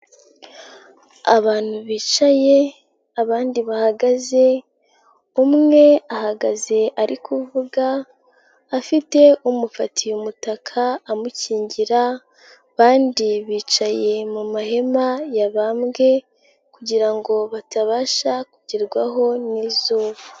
Abantu bicaye abandi bahagaze umwe ahagaze ari kuvuga afite umufatiye umutaka amukingira, abandi bicaye mu mahema yabambwe kugira ngo batabasha kugerwaho n'izuba.